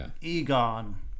Egon